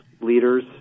leaders